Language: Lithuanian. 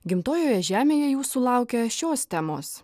gimtojoje žemėje jūsų laukia šios temos